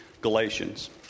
Galatians